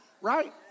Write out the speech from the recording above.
right